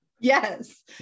Yes